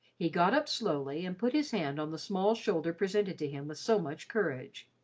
he got up slowly and put his hand on the small shoulder presented to him with so much courage.